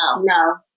No